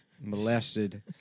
molested